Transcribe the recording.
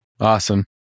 Awesome